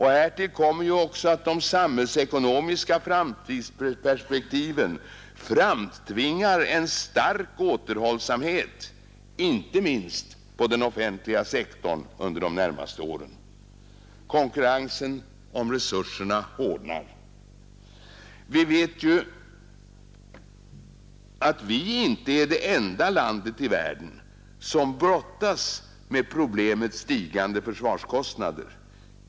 Härtill kommer ju också att de samhällsekonomiska framtidsperspektiven framtvingar en stark återhållsamhet, inte minst på den offentliga sektorn, under de närmaste åren. Konkurrensen om resurserna hårdnar. Vi vet ju att Sverige inte är det enda landet i världen som brottas med problemet stigande försvarskostnader.